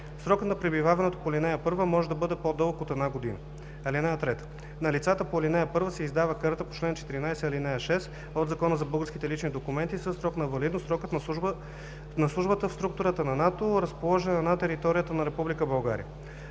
Срокът на пребиваването по ал. 1 може да бъде по-дълъг от една година. (3) На лицата по ал. 1 се издава карта по чл. 14, ал. 6 от Закона за българските лични документи със срок на валидност срокът на службата в структурата на НАТО, разположена на територията на